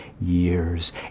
years